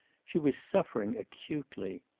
she was suffering acutely.